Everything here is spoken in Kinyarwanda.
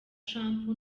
trump